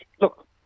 Look